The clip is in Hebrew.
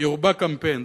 היא רובה קמפיין.